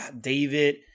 David